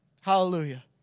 Hallelujah